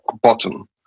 bottom